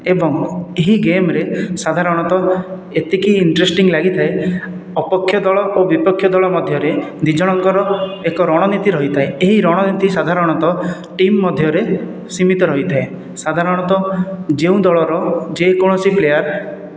ଏବଂ ଏହି ଗେମ୍ରେ ସାଧାରଣତଃ ଏତିକି ଇଟ୍ରେଷ୍ଟିଙ୍ଗ ଲାଗିଥାଏ ଅପକ୍ଷ ଦଳ ଓ ବିପକ୍ଷ ଦଳ ମଧ୍ୟରେ ଦୁଇ ଜଣଙ୍କର ଏକ ରଣନୀତି ରହିଥାଏ ଏହି ରଣନୀତି ସାଧାରଣତଃ ଟୀମ୍ ମଧ୍ୟରେ ସୀମିତ ରହିଥାଏ ସାଧାରଣତଃ ଯେଉଁ ଦଳର ଯେକୌଣସି ପ୍ଲେୟାର